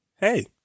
Hey